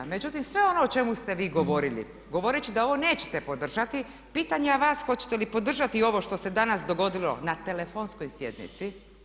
Međutim, sve ono o čemu ste vi govorili, govoreći da ovo nećete podržati pitam ja vas hoćete li podržati ovo što se danas dogodilo na telefonskoj sjednici?